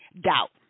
Doubt